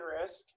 risk